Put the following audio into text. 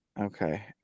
okay